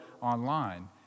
online